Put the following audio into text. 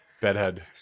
bedhead